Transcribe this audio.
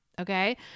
Okay